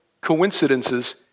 coincidences